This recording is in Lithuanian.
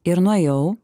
ir nuėjau